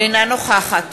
אינה נוכחת